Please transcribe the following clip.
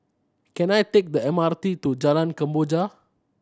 can I take the M R T to Jalan Kemboja